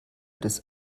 des